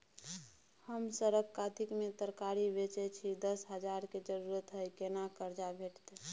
हम सरक कातिक में तरकारी बेचै छी, दस हजार के जरूरत हय केना कर्जा भेटतै?